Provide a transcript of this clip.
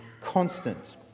constant